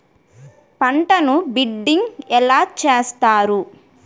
పంటను బిడ్డింగ్ ఎలా చేస్తారు?